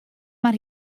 mar